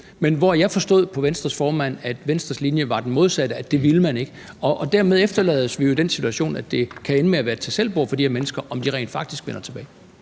men hvor jeg forstod på Venstres formand, at Venstres linje var den modsatte, altså at det ville man ikke. Dermed efterlades vi jo i den situation, at det kan ende med at være et tag selv-bord for de her mennesker, i forhold til om de rent faktisk vender tilbage.